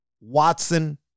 Watson